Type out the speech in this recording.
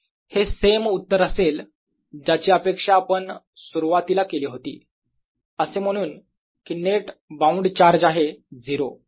4πr2freedV DQ4πr2 EDK0Q4π0r2 K1 outside तर हे same उत्तर असेल ज्याची अपेक्षा आपण सुरुवातीला केली होती असे म्हणून की नेट बाउंड चार्ज आहे 0